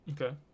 Okay